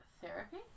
Therapy